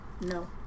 No